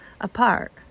apart